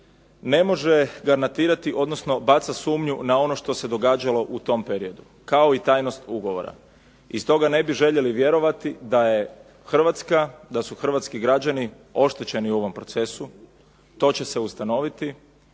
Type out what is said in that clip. ne može garantirati, odnosno baca sumnju na ono što se događalo u tom periodu kao i tajnog ugovora. I stoga ne bi željeli vjerovati da je Hrvatska, da su hrvatski građani oštećeni u ovom procesu. To će se ustanoviti